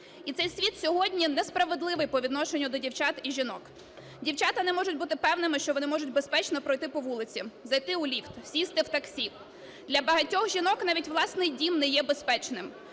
І цей світ сьогодні несправедливий по відношенню до дівчат і жінок. Дівчата не можуть бути певними, що вони можуть безпечно пройти по вулиці, зайти у ліфт, сісти в таксі. Для багатьох жінок навіть власний дім не є безпечним,